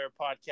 podcast